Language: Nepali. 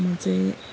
म चाहिँ